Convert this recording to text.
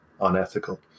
unethical